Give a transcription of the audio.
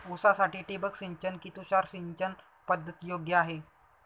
ऊसासाठी ठिबक सिंचन कि तुषार सिंचन पद्धत योग्य आहे?